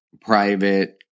private